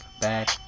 back